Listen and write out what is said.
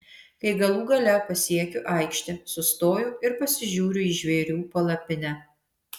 kai galų gale pasiekiu aikštę sustoju ir pasižiūriu į žvėrių palapinę